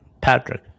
Patrick